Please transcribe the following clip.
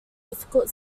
difficult